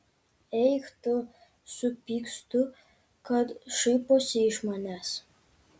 eik tu supykstu kad šaiposi iš manęs